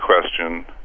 question